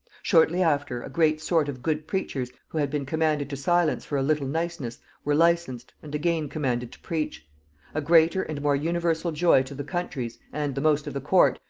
shortly after, a great sort of good preachers, who had been commanded to silence for a little niceness, were licensed and again commanded to preach a greater and more universal joy to the counties, and the most of the court,